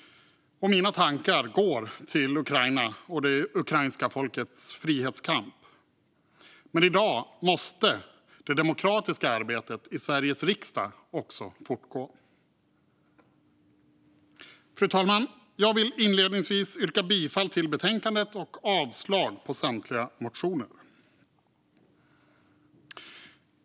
Mina tankar går till Ukraina och det ukrainska folkets frihetskamp. I dag måste dock det demokratiska arbetet i Sveriges riksdag fortgå. Fru talman! Jag vill inledningsvis yrka bifall till utskottets förslag i betänkandet och avslag på samtliga motioner.